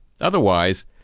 Otherwise